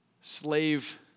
slave